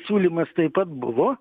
siūlymas taip pat buvo